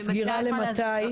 צו הסגירה למתי?